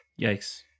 yikes